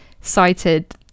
cited